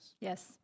Yes